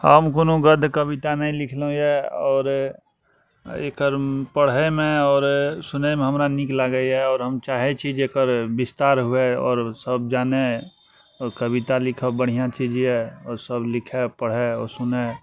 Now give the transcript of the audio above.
हम कोनो गद्य कविता नहि लिखलहुँ यऽ आओर एकर पढ़यमे आओर सुनयमे हमरा नीक लागइए आओर हम चाहय छी जे एकर विस्तार हुअए आओर सब जानय आओर कविता लिखब बढ़िआँ चीज यऽ आओर सब लिखय पढ़य आओर सुनय